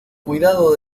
cuidado